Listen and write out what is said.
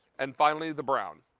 and finally the brown.